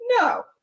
No